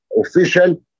official